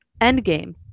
Endgame